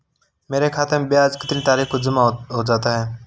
मेरे खाते में ब्याज कितनी तारीख को जमा हो जाता है?